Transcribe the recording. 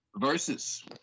Versus